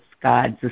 God's